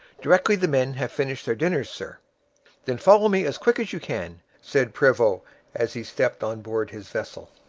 directly the men have finished their dinners, sir then follow me as quickly as you can said prevost as he stepped on board his vessel.